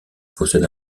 possède